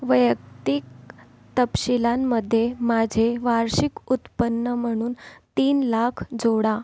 वैयक्तिक तपशीलांमध्ये माझे वार्षिक उत्पन्न म्हणून तीन लाख जोडा